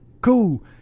cool